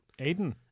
Aiden